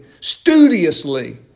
studiously